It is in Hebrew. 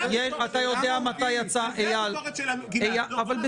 זאת הביקורת שלנו, גלעד.